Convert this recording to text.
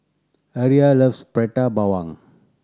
Aria loves Prata Bawang